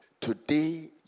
Today